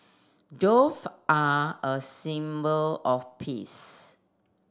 dove are a symbol of peace